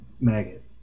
maggot